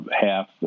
half –